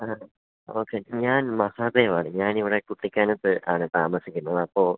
അത് ഓക്കെ ഞാൻ മഹാദേവാണ് ഞാനിവിടെ കുട്ടിക്കാനത്താണ് താമസിക്കുന്നത് അപ്പോള്